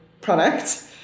product